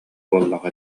буоллаҕа